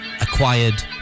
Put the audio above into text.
acquired